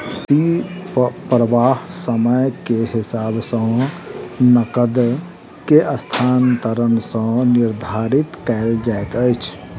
नकदी प्रवाह समय के हिसाब सॅ नकद के स्थानांतरण सॅ निर्धारित कयल जाइत अछि